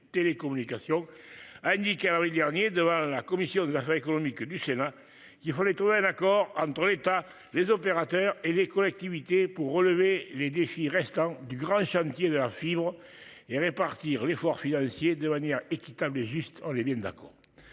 Télécommunications Annick dernier devant la commission des affaires économiques du Sénat, il fallait trouver un accord entre l'État, les opérateurs et les collectivités pour relever les défis restant du grand chantier de la fibre et répartir l'effort financier de manière équitable et juste, on est bien d'accord.